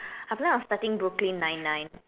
I feel like on starting Brooklyn nine nine